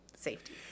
safety